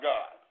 God